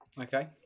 okay